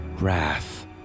wrath